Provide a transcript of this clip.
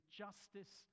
justice